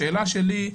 השאלה שלי,